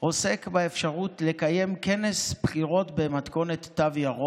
עוסק באפשרות לקיים כנס בחירות במתכונת תו ירוק,